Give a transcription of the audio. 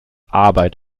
arbeit